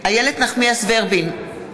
איילת נחמיאס ורבין,